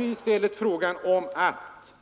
Det var i stället fråga om att